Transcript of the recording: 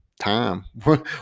time